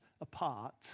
apart